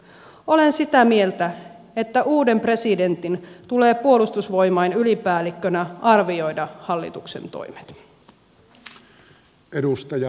olen sitä mieltä että uuden presidentin tulee puolustusvoimain ylipäällikkönä arvioida hallituksen toimet